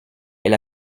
est